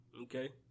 Okay